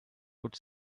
could